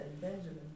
Benjamin